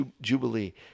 Jubilee